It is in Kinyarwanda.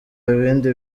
ibindi